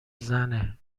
زنه